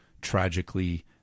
tragically